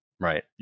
Right